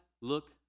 look